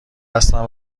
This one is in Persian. هستم